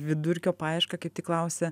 vidurkio paiešką kaip tik klausia